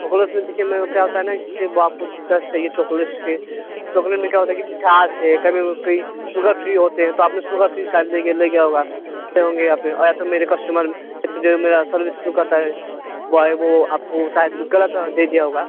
chocolate इसी के अंदर क्या होता है ना सिर्फ़ आपको चाहिए चॉकलेट्स के चॉकलेट में क्या होता है कि मिठास है कभी कई शुगर फ़्री होते हैं तो आपने शुगर फ़्री शायद ले गए ले गया होगा होंगे या फिर या तो मेरे कस्टमर इतनी देर में सर्विस जो करता है वो आए वो आपको शायद ग़लत दे दिया होगा